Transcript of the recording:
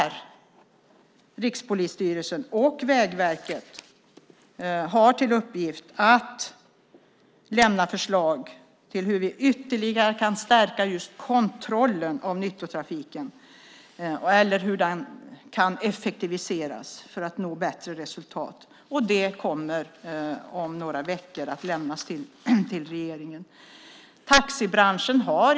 Rikspolisstyrelsen och Vägverket har till uppgift att lämna förslag till hur vi ytterligare kan stärka och effektivisera kontrollen av nyttotrafiken för att nå bättre resultat. Det kommer att lämnas till regeringen om några veckor.